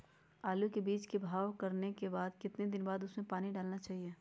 आलू के बीज के भाव करने के बाद कितने दिन बाद हमें उसने पानी डाला चाहिए?